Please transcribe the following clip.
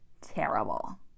terrible